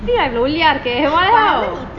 இத்தினி இன்னிக்கி:ithini iniki